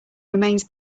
remains